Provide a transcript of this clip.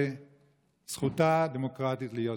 וזכותה הדמוקרטית להיות כך,